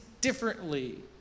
differently